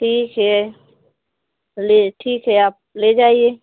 ठीक है ले ठीक है आप ले जाइए